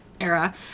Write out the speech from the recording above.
era